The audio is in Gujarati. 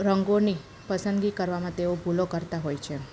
રંગોની પસંદગી કરવામાં તેઓ ભૂલો કરતાં હોય છે